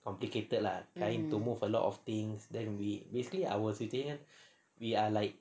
complicated lah trying to move a lot of things then we basically our situation we are like